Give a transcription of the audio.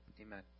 Amen